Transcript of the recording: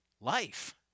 life